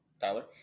Tyler